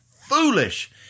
foolish